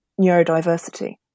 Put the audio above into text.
neurodiversity